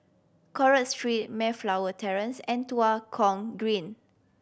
Crawford Street Mayflower Terrace and Tua Kong Green